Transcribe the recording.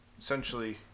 essentially